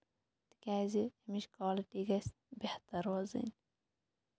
کیٛازِ اَمِچ کالٕٹی گژھِ بہتَر روزٕنۍ